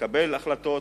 לקבל החלטות,